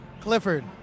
Clifford